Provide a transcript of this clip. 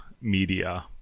media